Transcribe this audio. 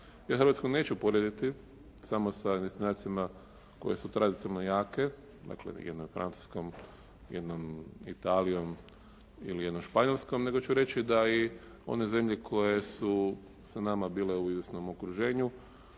Ja Hrvatsku neću usporediti samo sa destinacijama koje su tradicionalno jake, dakle jednom Italijom ili jednom Španjolskom nego ću reći da i one zemlje koje su sa nama bile u izvjesnom okruženju